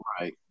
Right